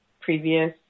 previous